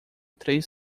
três